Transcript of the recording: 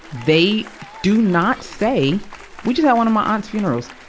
they do not say we just had one of my aunt's funerals.